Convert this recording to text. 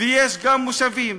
ויש גם מושבים.